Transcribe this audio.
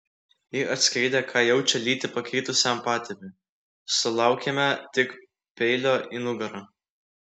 ji atskleidė ką jaučia lytį pakeitusiam patėviui sulaukėme tik peilio į nugarą